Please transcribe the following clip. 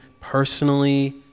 personally